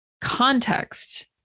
context